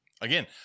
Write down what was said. again